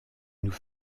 nous